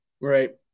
Right